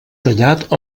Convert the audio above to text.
tallat